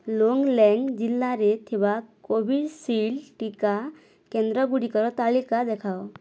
ଲୋଙ୍ଗ୍ଲେଙ୍ଗ୍ ଜିଲ୍ଲାରେ ଥିବା କୋଭିଶିଲ୍ଡ ଟିକା କେନ୍ଦ୍ର ଗୁଡ଼ିକର ତାଲିକା ଦେଖାଅ